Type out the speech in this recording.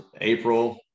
April